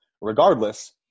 regardless